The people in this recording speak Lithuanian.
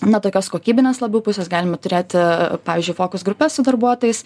na tokios kokybinės labiau pusės galime turėti pavyzdžiui fokus grupes su darbuotojais